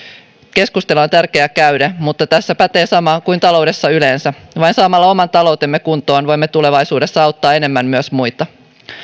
on tärkeä käydä mutta tässä pätee sama kuin taloudessa yleensä vain saamalla oman taloutemme kuntoon voimme tulevaisuudessa auttaa enemmän myös muita